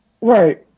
Right